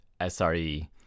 SRE